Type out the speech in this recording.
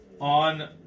on